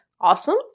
Awesome